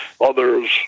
Others